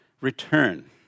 return